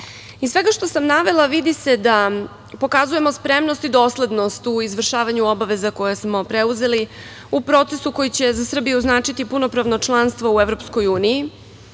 svega što sam navela vidi se da pokazujemo spremnost i doslednost u izvršavanju obaveza koje smo preuzeli u procesu koji će za Srbiju značiti punopravno članstvo u EU, ali i